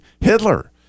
Hitler